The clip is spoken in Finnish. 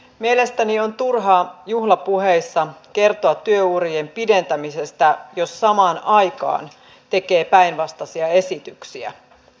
mielestäni on turhaa juhlapuheissa kertoa työurien pidentämisestä jos samaan aikaan tekee päinvastaisia esityksiä